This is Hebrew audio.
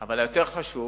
אבל הדבר היותר חשוב,